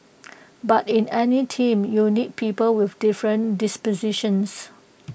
but in any team you need people with different dispositions